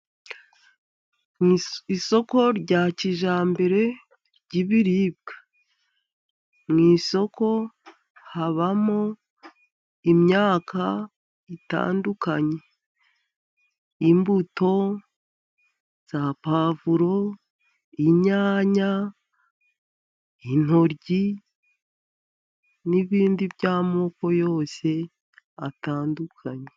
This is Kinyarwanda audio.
Isoko rya kijyambere ryibiribwa. Mu isoko habamo imyaka itandukanye. Imbuto za puwavuro, inyanya, intoryi n'ibindi by'amoko yose atandukanye.